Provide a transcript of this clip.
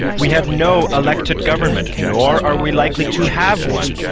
we have no elected government, nor are we likely to have one.